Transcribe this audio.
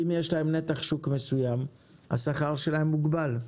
אם יש להם נתח שוק מסוים השכר שלהם מוגבל.